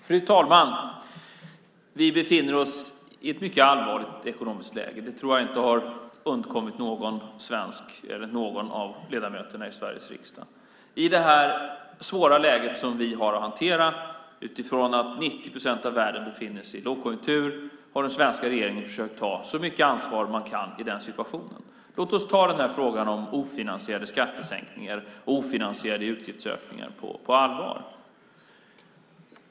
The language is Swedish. Fru talman! Vi befinner oss i ett mycket allvarligt ekonomiskt läge. Det tror jag inte har undgått någon svensk eller någon av ledamöterna i Sveriges riksdag. I det svåra läge som vi har att hantera med tanke på att 90 procent av världen befinner sig i lågkonjunktur har den svenska regeringen försökt ta så mycket ansvar den kan. Låt oss ta frågan om ofinansierade skattesänkningar och ofinansierade utgiftsökningar på allvar!